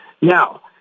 Now